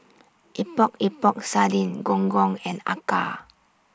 Epok Epok Sardin Gong Gong and Acar